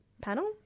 panel